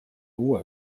uue